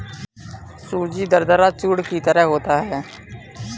सूजी दरदरा चूर्ण की तरह होता है